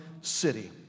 city